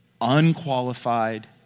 unqualified